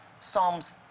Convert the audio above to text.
Psalms